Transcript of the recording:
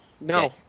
no